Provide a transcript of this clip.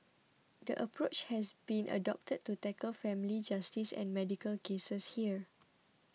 the approach has been adopted to tackle family justice and medical cases here